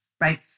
right